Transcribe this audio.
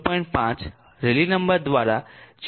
5 rally number દ્વારા 0